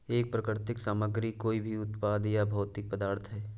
एक प्राकृतिक सामग्री कोई भी उत्पाद या भौतिक पदार्थ है